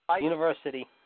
University